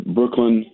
Brooklyn